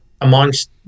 amongst